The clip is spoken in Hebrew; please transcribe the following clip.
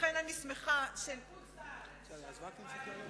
בחוץ-לארץ מעריכים אותם.